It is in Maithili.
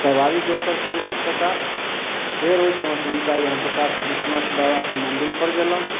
सवारी दोसर केलहुॅं छोटा फेर ओहिठमासँ हुनका इहाँपर काशी बिश्वनाथ बाबा के मन्दिर पर गेलहुॅं